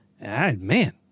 Man